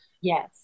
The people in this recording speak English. Yes